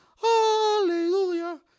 Hallelujah